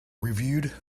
reviewed